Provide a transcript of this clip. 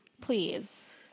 Please